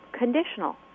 Conditional